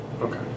Okay